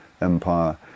empire